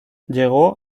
llegó